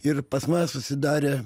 ir pas mane susidarė